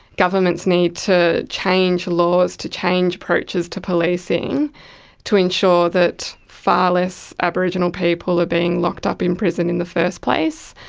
governments need to change laws, to change approaches to policing to ensure that far less aboriginal people are being locked up in prison in the first place.